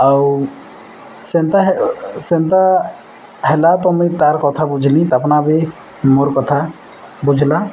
ଆଉ ସେନ୍ତା ସେନ୍ତା ହେଲା ତ ମୁଇଁ ତା'ର୍ କଥା ବୁଝ୍ଲି ତାପ୍ନା ବି ମୋର୍ କଥା ବୁଝ୍ଲା